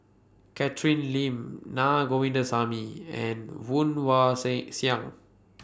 Catherine Lim Na Govindasamy and Woon Wah Sing Siang